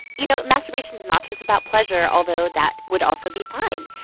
you know, masturbation is not just about pleasure, although that would also be fine.